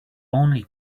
only